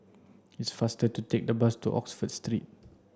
it's faster to take the bus to Oxford Street